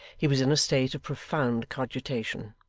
he was in a state of profound cogitation,